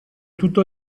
tutto